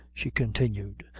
she continued,